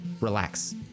Relax